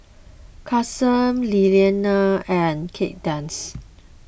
Kason Lillianna and Kaydence